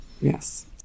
Yes